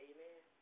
Amen